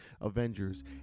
Avengers